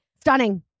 Stunning